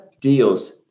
deals